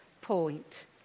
point